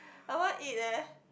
I want eat eh